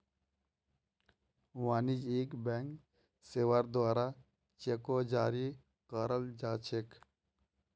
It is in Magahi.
वाणिज्यिक बैंक सेवार द्वारे चेको जारी कराल जा छेक